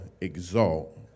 exalt